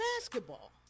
basketball